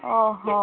ଓ ହୋ